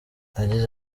yagize